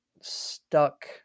stuck